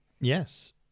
Yes